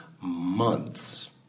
months